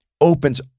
opens